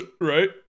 right